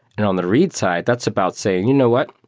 and on the read side, that's about saying, you know what?